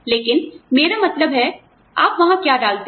लेकिन मेरा मतलब है आप वहां क्या डालते हैं